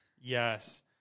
yes